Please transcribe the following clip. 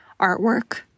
artwork